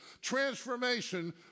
transformation